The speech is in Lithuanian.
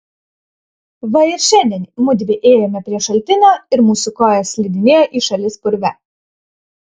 va ir šiandien mudvi ėjome prie šaltinio ir mūsų kojos slidinėjo į šalis purve